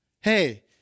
Hey